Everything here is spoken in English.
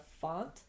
font